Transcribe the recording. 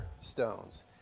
stones